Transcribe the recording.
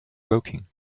woking